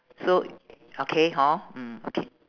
so okay hor mm okay